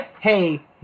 hey